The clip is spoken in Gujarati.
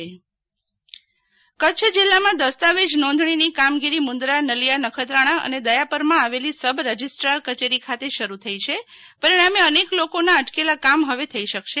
શિતલ વૈશ્નવ દસ્તાવેજ નોંધણી કચ્છ જિલ્લામાં દસ્તાવેજ નોંધણીની કામગીરી મુંદરા નલિયા નખત્રાણા અને દયાપરમાં આવેલી સબ રજિસ્ટ્રાર કચેરી ખાતે શરૂ થઈ છે પરિણામે અનેક લોકો ના અટકેલાં કામ હવે થઈ શકશે